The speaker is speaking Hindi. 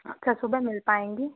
अच्छा सुबह मिल पाएंगी